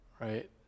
right